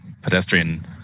pedestrian